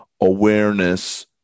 Awareness